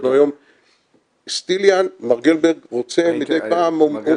אנחנו היום --- מר גלברג רוצה מדיי פעם -- מר